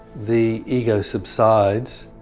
the ego subsides,